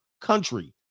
country